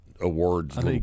awards